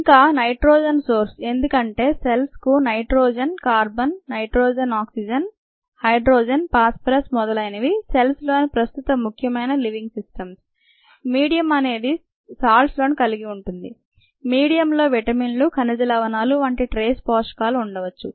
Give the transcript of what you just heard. ఇంకా nitrogen source ఎందుకంటే సెల్స్కు nitrogen carbon nitrogen oxygen hydrogen phosphorus మొదలైనవి సెల్స్లోని ప్రస్తుత ముఖ్యమైన లివింగ్ సిస్టమ్స్ మీడియం అనేది సాల్ట్స్ను కలిగి ఉంటుంది మీడియం లో విటమిన్లు ఖనిజలవణాలు వంటి ట్రేస్ పోషకాలు ఉండవచ్చు